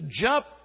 jump